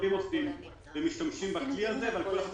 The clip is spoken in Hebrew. שהמשרדים משתמשים בהם ועל כל החלטות